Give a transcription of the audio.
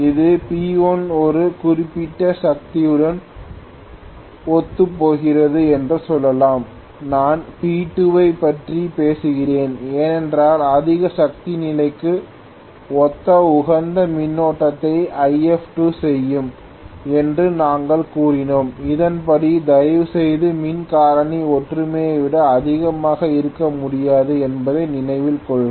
இது P1 ஒரு குறிப்பிட்ட சக்தியுடன் ஒத்துப்போகிறது என்று சொல்லலாம் நான் P2 ஐப் பற்றி பேசுகிறேன் என்றால் அதிக சக்தி நிலைக்கு ஒத்த உகந்த மின்னோட்டத்தை If2 செய்யும் என்று நாங்கள் கூறினோம் அதன்படி தயவுசெய்து மின் காரணி ஒற்றுமையை விட அதிகமாக இருக்க முடியாது என்பதை நினைவில் கொள்க